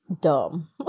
dumb